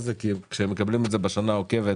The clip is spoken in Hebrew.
הזה כי כשהם מקבלים את זה בשנה העוקבת